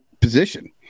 position